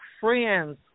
friends